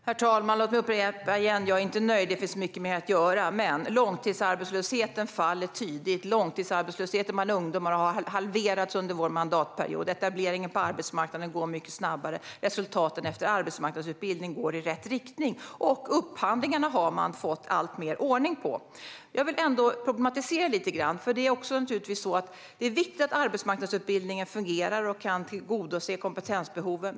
Herr talman! Låt mig upprepa igen: Jag är inte nöjd. Det finns mycket mer att göra. Men långtidsarbetslösheten faller tydligt, långtidsarbetslösheten bland ungdomar har halverats under vår mandatperiod, etableringen på arbetsmarknaden går mycket snabbare, resultaten efter arbetsmarknadsutbildning går i rätt riktning och upphandlingarna har man fått alltmer ordning på. Jag vill ändå problematisera lite grann. Det är viktigt att arbetsmarknadsutbildningen fungerar och kan tillgodose kompetensbehoven.